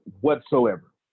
whatsoever